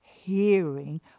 hearing